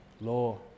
Law